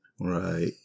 Right